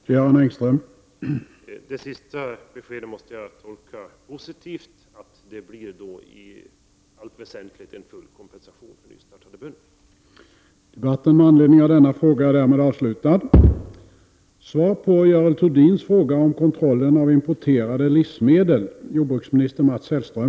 Herr talman! Jag tolkar detta besked positivt, att det i allt väsentligt blir en full kompensation till de nystartande bönderna.